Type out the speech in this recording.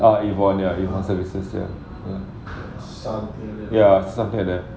ah yvonne services ya ya something like that